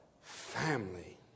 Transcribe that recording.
family